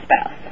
spouse